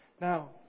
Now